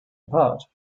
apart